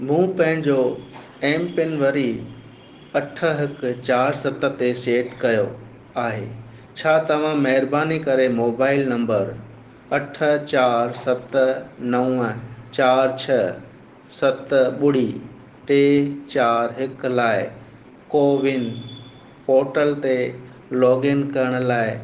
मूं पंहिंजो एमपिन वरी अठ हिकु चारि सत ते सेट कयो आहे छा तव्हां महिरबानी करे मोबाइल नंबर अठ चारि सत नव चारि छह सत ॿुड़ी टे चारि हिकु लाइ कोविन पोर्टल ते लॉगइन करण लाइ